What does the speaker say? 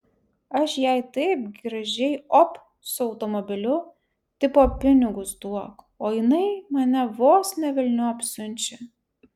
aš jai taip gražiai op su automobiliu tipo pinigus duok o jinai mane vos ne velniop siunčia